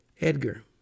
Edgar